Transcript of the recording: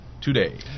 today